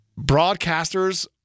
broadcasters